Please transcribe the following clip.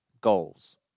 goals